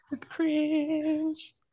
cringe